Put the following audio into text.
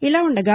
ఇలా ఉండగా